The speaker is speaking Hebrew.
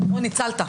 ניצלת.